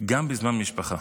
גם בזמן המשפחה.